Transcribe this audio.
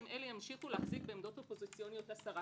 אם אלה ימשיכו להיות בעמדות אופוזיציוניות לשרה.